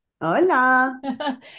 Hola